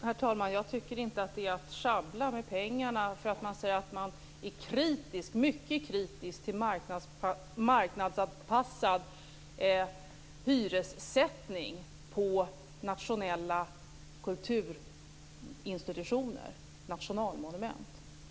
Herr talman! Jag tycker inte att det är att sjabbla med pengar när man säger att man är mycket kritisk till marknadsanpassad hyressättning för nationella kulturinstitutioner, för nationalmonument.